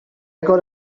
got